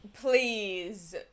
please